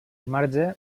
marge